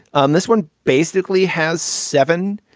um this one basically has seven.